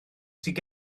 sydd